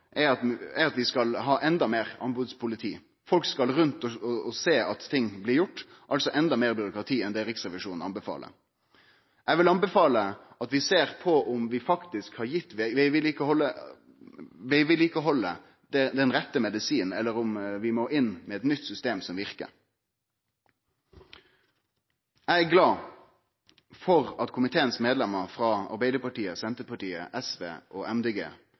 er at vi skal ha enda meir anbodspoliti. Folk skal rundt og sjå at ting blir gjorde, altså enda meir byråkrati enn det Riksrevisjonen anbefaler. Eg vil anbefale at vi ser på om vi faktisk har gitt vegvedlikehaldet den rette medisinen, eller om vi må inn med eit nytt system som verkar. Eg er glad for at komiteens medlemmer frå Arbeidarpartiet, Senterpartiet, SV og